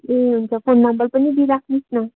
ए हुन्छ phone number पनि दिइराख्नु होस् न